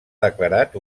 declarat